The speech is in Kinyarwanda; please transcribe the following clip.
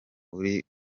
uri